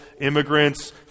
immigrants